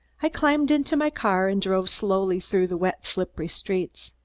i climbed into my car and drove slowly through the wet slippery streets.